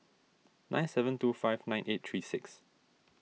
nine seven two five nine eight three six